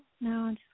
no